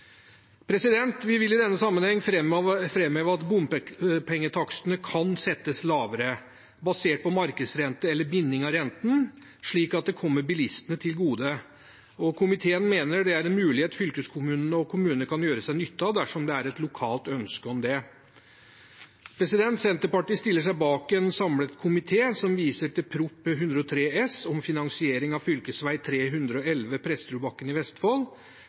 Vi vil i denne sammenheng framheve at bompengetakstene kan settes lavere, basert på markedsrente eller binding av renten, slik at det kommer bilistene til gode. Komiteen mener det er en mulighet fylkeskommunene og kommunene kan gjøre seg nytte av dersom det er et lokalt ønske om det. Senterpartiet stiller seg bak en samlet komité, som viser til Prop. 103 S, om finansiering av fv. 311 Presterødbakken i Vestfold.